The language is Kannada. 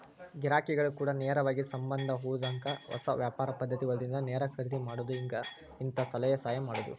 ಗಿರಾಕಿಗಳ ಕೂಡ ನೇರವಾಗಿ ಸಂಬಂದ ಹೊಂದಾಕ ಹೊಸ ವ್ಯಾಪಾರ ಪದ್ದತಿ ಹೊಲದಿಂದ ನೇರ ಖರೇದಿ ಮಾಡುದು ಹಿಂತಾ ಸಲಹೆ ಸಹಾಯ ಮಾಡುದು